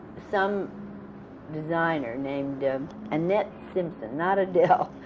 some designer named annette simpson not adele,